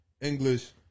English